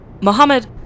Mohammed